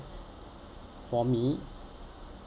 for me